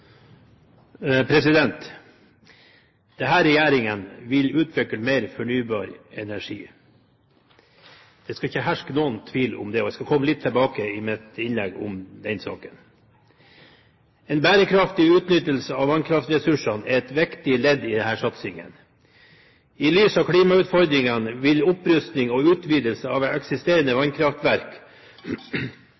utover den fordelte taletid, får en taletid på inntil 3 minutter. – Det anses vedtatt. Denne regjeringen vil utvikle mer fornybar energi. Det skal ikke herske noen tvil om det. Jeg skal komme litt tilbake til det i mitt innlegg. En bærekraftig utnyttelse av vannkraftressursene er et viktig ledd i denne satsingen. I lys av klimautfordringene vil opprusting og utvidelse av eksisterende